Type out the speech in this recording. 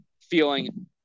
feeling